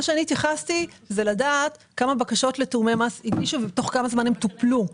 אני התייחסתי לשאלה כמה בקשות לתיאומי מס הגישו ותוך כמה זמן הם טופלו.